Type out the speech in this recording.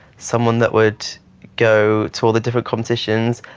someone that would go to all the different competitions,